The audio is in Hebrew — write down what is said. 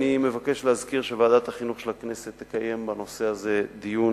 אני מבקש להזכיר שוועדת החינוך של הכנסת תקיים בנושא הזה דיון